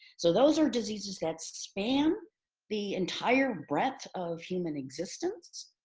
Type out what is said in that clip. so those are diseases that span the entire breadth of human existence,